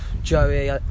Joey